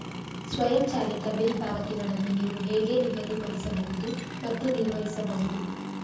ಸ್ವಯಂಚಾಲಿತ ಬಿಲ್ ಪಾವತಿಗಳನ್ನು ನೀವು ಹೇಗೆ ನಿಗದಿಪಡಿಸಬಹುದು ಮತ್ತು ನಿರ್ವಹಿಸಬಹುದು?